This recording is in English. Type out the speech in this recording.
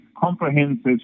comprehensive